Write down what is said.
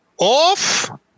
off